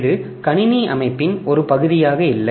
இது கணினி அமைப்பின் ஒரு பகுதியாக இல்லை